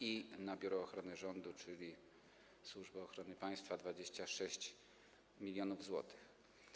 i na Biuro Ochrony Rządu, czyli Służbę Ochrony Państwa - 26 mln zł.